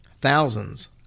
Thousands